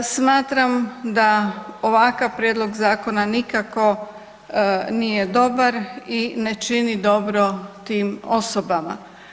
Smatram da ovakav prijedlog zakona nikako nije dobar i ne čini dobro tim osobama.